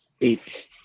Eight